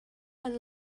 and